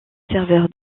serveur